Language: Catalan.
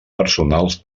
personals